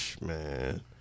Man